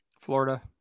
florida